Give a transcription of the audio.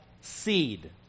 seed